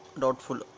doubtful